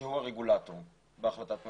תכנון כיוון שהוא הרגולטור בהחלטת הממשלה.